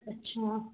अच्छा